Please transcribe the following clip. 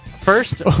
first